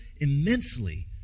immensely